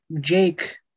Jake